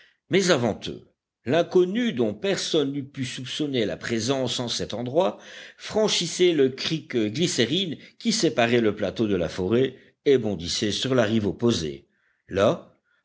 mais avant eux l'inconnu dont personne n'eût pu soupçonner la présence en cet endroit franchissait le creek glycérine qui séparait le plateau de la forêt et bondissait sur la rive opposée là